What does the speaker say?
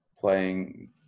playing –